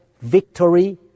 victory